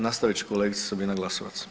Nastavit će kolegica Sabina Glasovac.